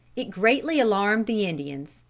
it greatly alarmed the indians.